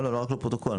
לא רק לפרוטוקול.